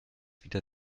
wieder